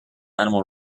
animal